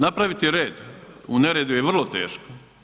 Napraviti red u neredu je vrlo teško.